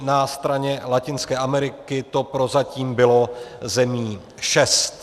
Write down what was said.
Na straně Latinské Ameriky to prozatím bylo zemí 6.